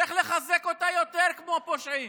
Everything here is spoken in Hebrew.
צריך לחזק אותם יותר כמו פושעים.